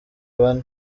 bane